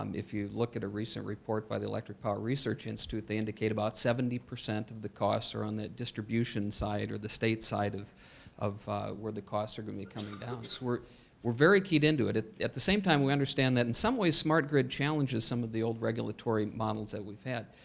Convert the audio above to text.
um if you look at a recent report by the electric power research institute, they indicate about seventy percent of the costs are on that distribution side or the state side of of where the costs are going to be coming down. so we're we're very keyed into it. at the same time, we understand that in some ways smart grid challenges some of the old regulatory models that we've had.